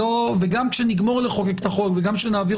וגם כשנגמור לחוקק את החוק וגם כשנעביר